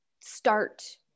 start